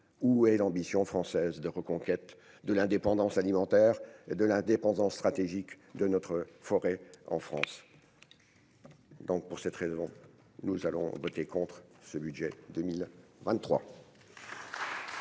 où est l'ambition française de reconquête de l'indépendance alimentaire et de l'indépendance stratégique de notre forêt en France donc pour cette raison, nous allons voter contre ce budget 2023.